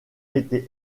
été